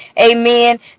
amen